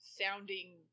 sounding